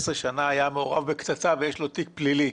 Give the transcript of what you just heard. שנה היה מעורב בקטטה ויש לו תיק פלילי,